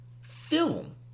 film